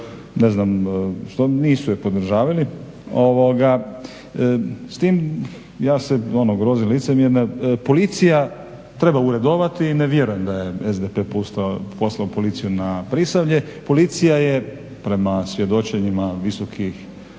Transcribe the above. ni stranačka. Nisu je podržavali. S tim ja se grozim licemjerja, policija treba uredovati i ne vjerujem da je SDP poslao policiju na Prisavlje. Policija prema svjedočenjima visokih